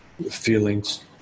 feelings